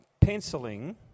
penciling